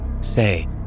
Say